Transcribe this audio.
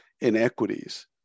inequities